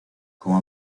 como